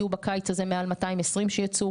יהיו בקיץ הזה מעל 220 שייצאו,